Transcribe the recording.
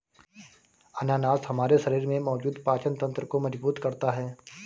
अनानास हमारे शरीर में मौजूद पाचन तंत्र को मजबूत करता है